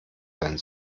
sein